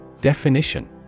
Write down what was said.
Definition